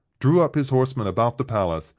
drew up his horsemen about the palace,